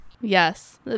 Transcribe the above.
Yes